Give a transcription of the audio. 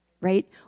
right